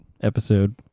episode